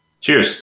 Cheers